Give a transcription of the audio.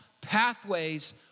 Pathways